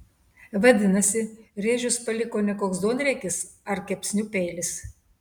vadinasi rėžius paliko ne koks duonriekis ar kepsnių peilis